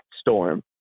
storm